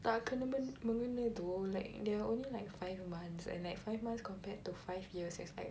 tak kena mengena though like they are only like five months and like five months compared to five years it's like